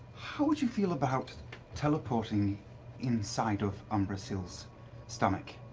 how would you feel about teleporting inside of umbrasyl's stomach?